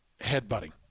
headbutting